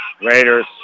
Raiders